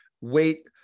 wait